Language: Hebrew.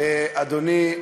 אדוני,